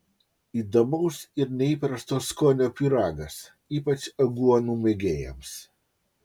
įdomaus ir neįprasto skonio pyragas ypač aguonų mėgėjams